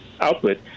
output